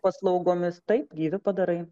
paslaugomis taip gyvi padarai